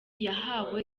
yahawe